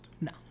No